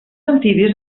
amfibis